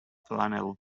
flannel